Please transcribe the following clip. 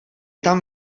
tam